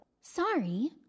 Sorry